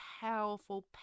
powerful